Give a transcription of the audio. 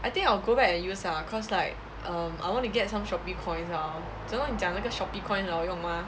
I think I will go back and use ah cause like um I want to get some shopee coins lor 怎么讲那个 shopee coins 好用吗